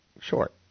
short